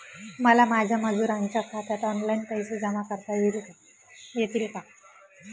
मला माझ्या मजुरांच्या खात्यात ऑनलाइन पैसे जमा करता येतील का?